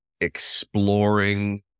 exploring